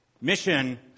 mission